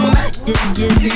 messages